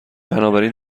بنابراین